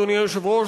אדוני היושב-ראש,